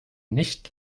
nicht